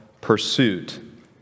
pursuit